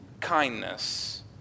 kindness